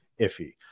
iffy